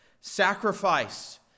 sacrifice